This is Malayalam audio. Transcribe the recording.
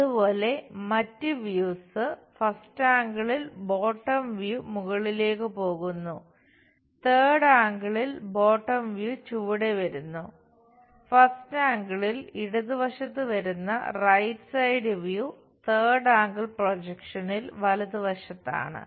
അതുപോലെ മറ്റ് വ്യൂസ് വലതുവശത്താണ്